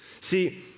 See